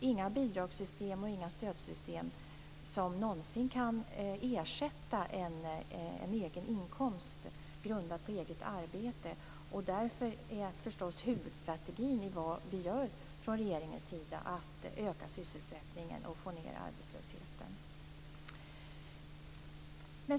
Inga bidragssystem eller stödsystem kan någonsin ersätta en egen inkomst grundad på eget arbete. Därför är huvudstrategin i vad vi gör från regeringens sida förstås att öka sysselsättningen och få ned arbetslösheten.